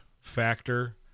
factor